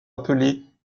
appelés